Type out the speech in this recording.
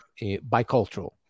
bicultural